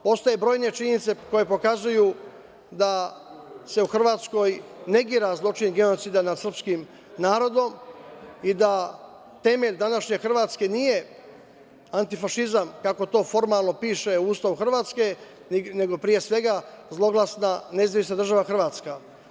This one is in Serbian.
Postoje brojne činjenice koje pokazuju da se u Hrvatskoj negira zločin genocida nad srpskim narodom i da temelj današnje Hrvatske nije antifašizam, kako to formalno piše u Ustavu Hrvatske, nego pre svega zloglasna NDH.